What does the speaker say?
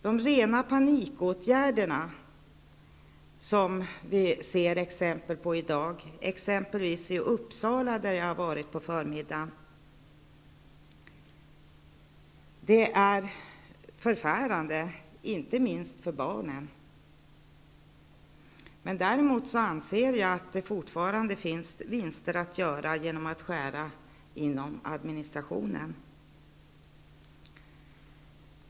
De rena panikåtgärderna som vi ser prov på i dag, exempelvis i Uppsala, där jag har varit i dag på förmiddagen, är förfärande, inte minst för barnen. Däremot anser jag att det fortfarande finns vinster att göra genom att skära inom administrationen.